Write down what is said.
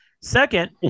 Second